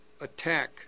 attack